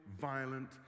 violent